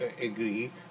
agree